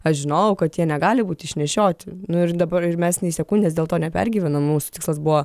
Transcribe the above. aš žinojau kad jie negali būti išnešioti nu ir dabar ir mes nei sekundės to dėl nepergyvenom mūsų tikslas buvo